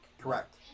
Correct